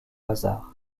hasard